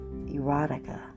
Erotica